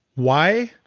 why